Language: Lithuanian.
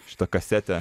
šita kasetė